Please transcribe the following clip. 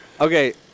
Okay